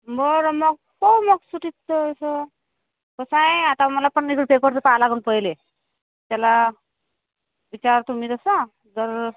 बरं मग पाहू मग सुटीचं कसं कसं आहे आता मला पण पेपरचं पाहावं लागंन पहिले त्याला विचारतो मी तसं जर